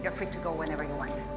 you're free to go whenever you